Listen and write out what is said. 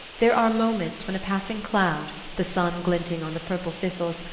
there are moments when a passing cloud, the sun glinting on the purple thistles,